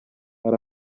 hari